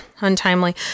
untimely